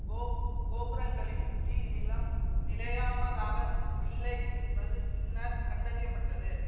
கோப் கோபுரங்களின் கீழ் நிலம் நிலையானதாக இல்லை என்பது பின்னர் கண்டறியப்பட்டது